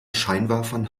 scheinwerfern